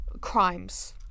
crimes